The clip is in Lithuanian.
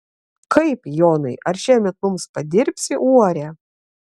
kaip jonai ar šiemet mums padirbsi uorę